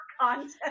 content